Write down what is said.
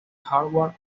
hardware